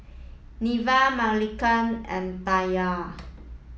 Neva Marcelina and Taniyah